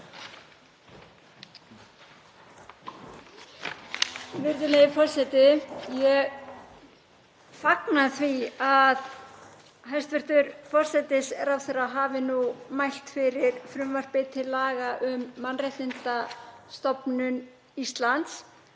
Virðulegur forseti. Ég fagna því að hæstv. forsætisráðherra hafi nú mælt fyrir frumvarpi til laga um Mannréttindastofnun Íslands.